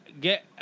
get